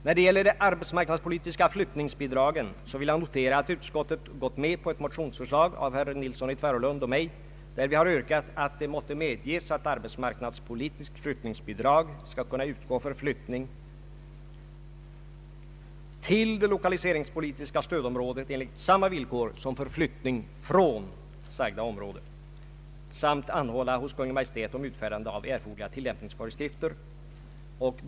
När det gäller de arbetsmarknadspolitiska flyttningsbidragen vill jag notera att utskottet gått med på ett motionsförslag av herr Nilsson i Tvärå lund och mig där vi har yrkat att det måtte medges att arbetsmarknadspolitiskt flyttningsbidrag skall kunna utgå för flyttning till det lokaliseringspolitiska stödområdet enligt samma villkor som för flyttning från sagda område samt att riksdagen anhåller hos Kungl. Maj:t om utfärdande av erforderliga tillämpningsföreskrifter.